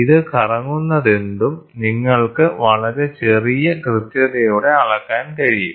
ഇത് കറങ്ങുന്നതെന്തും നിങ്ങൾക്ക് വളരെ ചെറിയ കൃത്യതയോടെ അളക്കാൻ കഴിയും